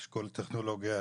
אשכול טכנולוגיה,